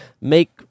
make